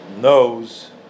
knows